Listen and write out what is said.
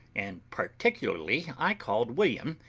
and particularly i called william,